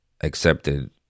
accepted